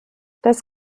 das